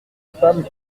femme